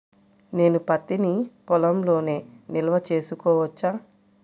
నేను పత్తి నీ పొలంలోనే నిల్వ చేసుకోవచ్చా?